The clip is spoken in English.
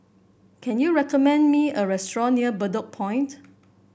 can you recommend me a restaurant near Bedok Point